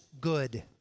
good